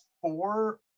Four